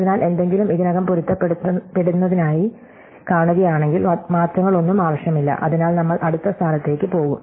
അതിനാൽ എന്തെങ്കിലും ഇതിനകം പൊരുത്തപ്പെടുന്നതായി കാണുകയാണെങ്കിൽ മാറ്റങ്ങളൊന്നും ആവശ്യമില്ല അതിനാൽ നമ്മൾ അടുത്ത സ്ഥാനത്തേക്ക് പോകും